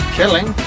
killing